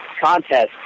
contest